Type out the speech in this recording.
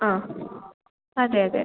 ആ അതെ അതെ